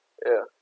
ya